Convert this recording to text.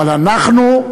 אבל אנחנו,